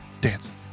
Dancing